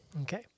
Okay